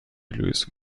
lösung